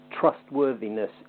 trustworthiness